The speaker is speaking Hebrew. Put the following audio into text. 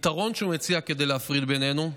הפתרון שהוא מציע כדי להפריד בינינו: